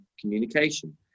communication